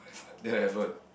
effort that effort